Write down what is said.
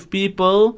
people